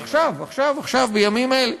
עכשיו, עכשיו, בימים אלה.